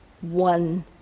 one